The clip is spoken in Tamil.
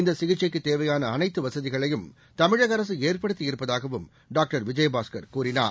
இந்த சிகிச்சைக்குத் தேவையான அனைத்து வசதிகளையும் தமிழக அரசு ஏற்படுத்தி இருப்பதாகவும் டாக்டர் விஜயபாஸ்கர் கூறினார்